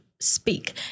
speak